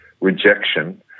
rejection